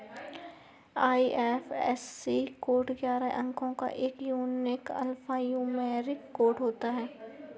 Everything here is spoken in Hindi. आई.एफ.एस.सी कोड ग्यारह अंको का एक यूनिक अल्फान्यूमैरिक कोड होता है